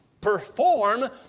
perform